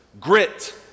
grit